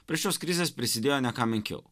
prie šios krizės prisidėjo ne ką menkiau